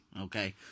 Okay